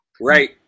Right